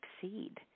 succeed